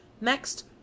Next